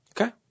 Okay